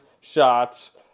shots